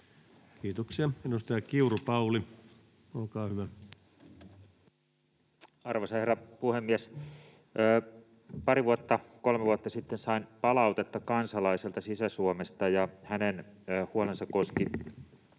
muuttamisesta Time: 17:37 Content: Arvoisa herra puhemies! Pari kolme vuotta sitten sain palautetta kansalaiselta Sisä-Suomesta, ja hänen huolensa koski